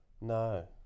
no